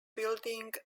building